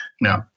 No